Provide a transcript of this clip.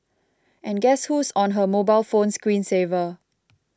and guess who's on her mobile phone screen saver